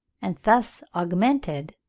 and thus augmented,